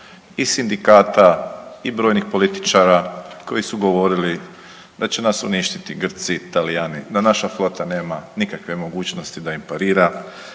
i sindikata, i brojnih političara koji su govorili da će nas uništiti Grci, Talijani, da naša flota nema nikakve mogućnosti da im parira,